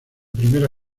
primera